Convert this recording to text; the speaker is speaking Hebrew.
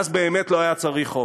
ואז באמת לא היה צריך חוק.